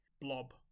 blob